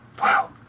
Wow